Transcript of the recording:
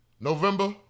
November